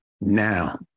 Now